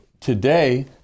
today